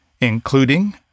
including